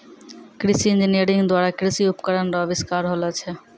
कृषि इंजीनियरिंग द्वारा कृषि उपकरण रो अविष्कार होलो छै